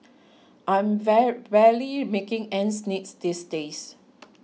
I'm barely making ends meet these days